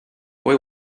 boy